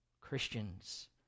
Christians